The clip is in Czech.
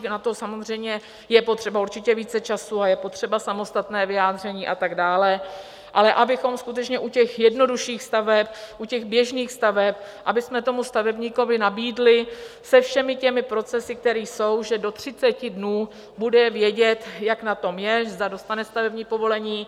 Na to samozřejmě je potřeba určitě více času a je potřeba samostatné vyjádření a tak dále, ale abychom skutečně u těch jednodušších staveb, u těch běžných staveb, abychom tomu stavebníkovi nabídli se všemi těmi procesy, které jsou, že do 30 dnů bude vědět, jak na tom je, zda dostane stavební povolení.